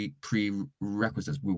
prerequisites